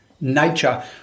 nature